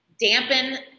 dampen